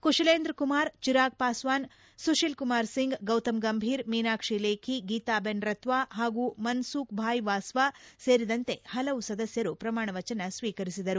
ಕುಶಲೇಂದ್ರಕುಮಾರ್ ಚಿರಾಗ್ ಪಾಸ್ವಾನ್ ಸುಶೀಲ್ ಕುಮಾರ್ ಸಿಂಗ್ ಗೌತಮ್ ಗಂಭೀರ್ ಮೀನಾಕ್ಷಿ ಲೇಖಿ ಗೀತಾಬೆನ್ ರತ್ವಾ ಹಾಗೂ Mansukhbhai Vasava ಸೇರಿದಂತೆ ಹಲವು ಸದಸ್ಯರು ಪ್ರಮಾಣವಚನ ಸ್ವೀಕರಿಸಿದರು